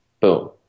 Boom